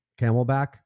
camelback